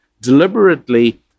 deliberately